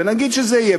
ונגיד שזה יהיה,